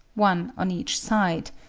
one on each side,